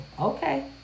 Okay